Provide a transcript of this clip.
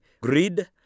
greed